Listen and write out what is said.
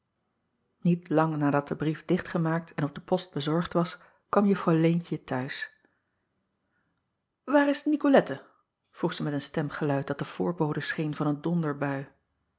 iet lang nadat de brief dichtgemaakt en op de post bezorgd was kwam uffrouw eentje te huis aar is icolette vroeg zij met een stemgeluid dat de voorbode scheen van een